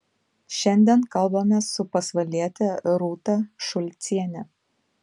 šiandien kalbamės su pasvaliete rūta šulciene